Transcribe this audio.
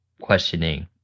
questioning